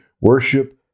worship